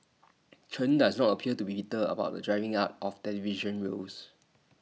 Chen does not appear to be bitter about the drying up of television roles